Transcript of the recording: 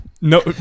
No